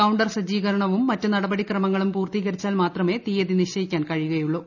counter സജ്ജീകരണവും മറ്റ് നടപടിക്രമങ്ങളും പൂർത്തീകരിച്ചാൽ മാത്രമേ തീയതി നിശ്ചയിക്കാൻ കഴിയുകയുള്ളൂ